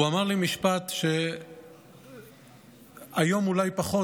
הוא אמר לי משפט שהיום אולי פחות,